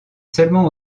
seulement